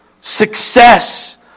Success